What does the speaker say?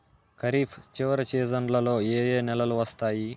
ఖరీఫ్ చివరి సీజన్లలో ఏ ఏ నెలలు వస్తాయి